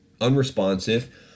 unresponsive